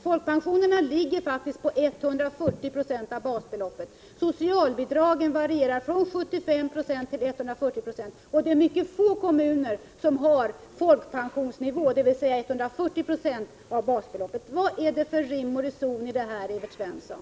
Folkpensionerna ligger faktiskt på 140 96 av basbeloppet, medan socialbidragen varierar mellan 75 90 och 140 96. Det är mycket få kommuner som har folkpensionsnivå på socialbidragen, dvs. 140 96 av basbeloppet. Vad är det för rim och reson i det, Evert Svensson?